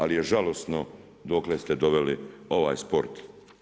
Ali je žalosno dokle ste doveli ovaj sport.